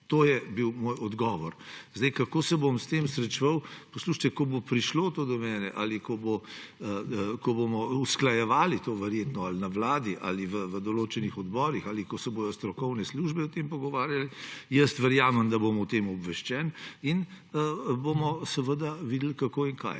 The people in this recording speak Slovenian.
To je bil moj odgovor. Kako se bom s tem srečeval? Ko bo prišlo to do mene ali ko bomo to verjetno usklajevali, ali na Vladi, ali v določenih odborih, ali ko se bodo strokovne službe o tem pogovarjale, verjamem, da bom o tem obveščen, in bomo seveda videli, kako in kaj.